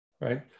right